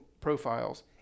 profiles